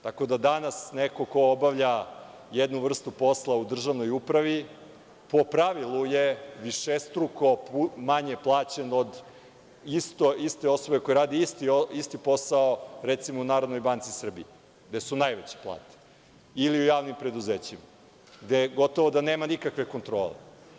Tako da danas neko ko obavlja jednu vrstu posla u državnoj upravi po pravilu je višestruko manje plaćen od iste osobe koja radi isti posao recimo u NBS, gde su najveće plate, ili u javnim preduzećima, gde gotovo da nema nikakve kontrole.